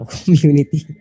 community